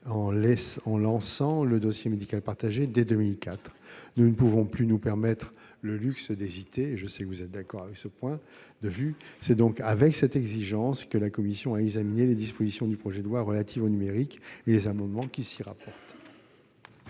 en lançant le dossier médical partagé dès 2004. Nous ne pouvons plus nous permettre le luxe d'hésiter- je sais que vous partagez ce point de vue, madame la ministre. C'est avec cette exigence que la commission a examiné les dispositions du projet de loi relatives au numérique et les amendements qui s'y rapportent.